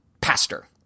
pastor